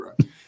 right